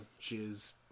jizz